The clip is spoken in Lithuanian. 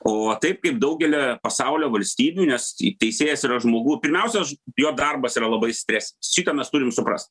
o taip kaip daugelyje pasaulio valstybių nes teisėjas yra žmogų pirmiausia jo darbas yra labai stres šitą mes turim suprast